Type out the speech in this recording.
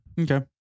Okay